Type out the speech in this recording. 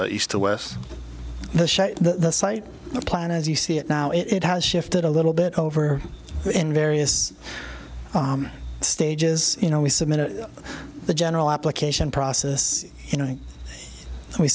left east or west the site the plan as you see it now it has shifted a little bit over in various stages you know we submitted the general application process you know we